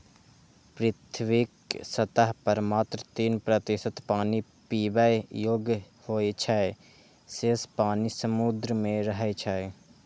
पृथ्वीक सतह पर मात्र तीन प्रतिशत पानि पीबै योग्य होइ छै, शेष पानि समुद्र मे रहै छै